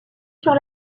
sur